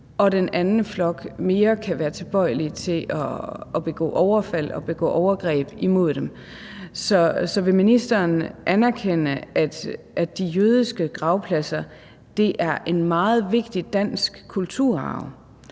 Den anden flok kan være mere tilbøjelig til at begå overfald og begå overgreb imod dem. Så vil ministeren anerkende, at de jødiske gravpladser er en meget vigtig dansk kulturarv,